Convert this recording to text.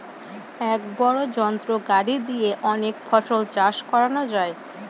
এক বড় যন্ত্র গাড়ি দিয়ে অনেক ফসল চাষ করানো যায়